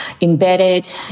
embedded